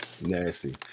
Nasty